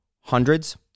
hundreds